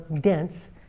dense